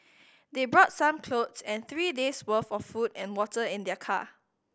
they brought some clothes and three days' worth of food and water in their car